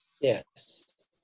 yes